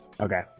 Okay